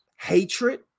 hatred